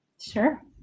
Sure